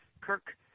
Kirk